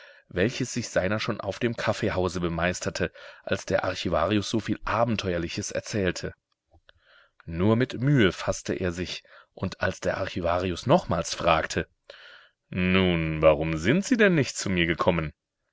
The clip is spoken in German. welches sich seiner schon auf dem kaffeehause bemeisterte als der archivarius so viel abenteuerliches erzählte nur mit mühe faßte er sich und als der archivarius nochmals fragte nun warum sind sie denn nicht zu mir gekommen